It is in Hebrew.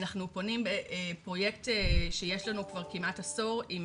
אנחנו פונים בפרויקט שיש לנו כבר כמעט עשור עם